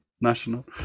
national